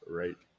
right